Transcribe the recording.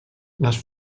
les